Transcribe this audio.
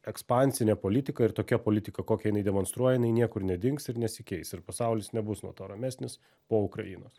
ekspansinė politika ir tokia politika kokią jinai demonstruoja jinai niekur nedings ir nesikeis ir pasaulis nebus nuo to ramesnis po ukrainos